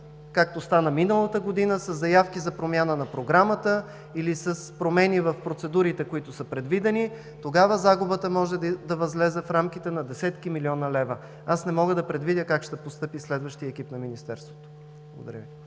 както стана миналата година – със заявки за промяна на Програмата или с промени в предвидените процедури, тогава загубата може да възлезе на десетки милиони лева. Аз не мога да предвидя как ще постъпи следващият екип на Министерството. Благодаря.